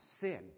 sin